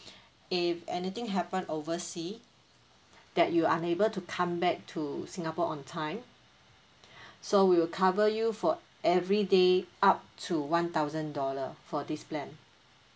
if anything happen oversea that you unable to come back to singapore on time so we'll cover you for every day up to one thousand dollar for this plan